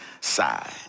side